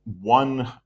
one